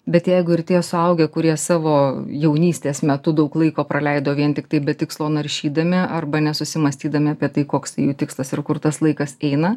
bet jeigu ir tie suaugę kurie savo jaunystės metu daug laiko praleido vien tiktai be tikslo naršydami arba nesusimąstydami apie tai koksai jų tikslas ir kur tas laikas eina